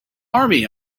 army